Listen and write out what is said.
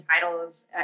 titles